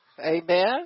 amen